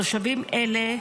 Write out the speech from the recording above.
לתושבים אלה,